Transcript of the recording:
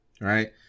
right